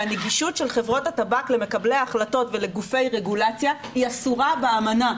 והנגישות של חברות הטבק למקבלי ההחלטות ולגופי רגולציה היא אסורה באמנה.